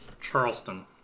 Charleston